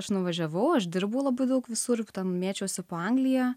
aš nuvažiavau aš dirbu labai daug visur mėčiausi po angliją